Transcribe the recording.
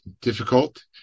difficult